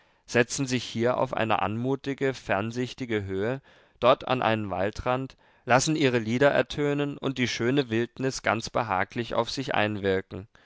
setzen sich hier auf eine anmutige fernsichtige höhe dort an einen waldrand lassen ihre lieder ertönen und die schöne wildnis ganz behaglich auf sich einwirken